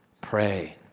pray